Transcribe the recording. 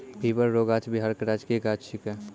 पीपर रो गाछ बिहार के राजकीय गाछ छिकै